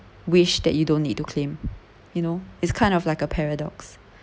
wish that you don't need to claim you know it's kind of like a paradox